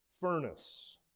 furnace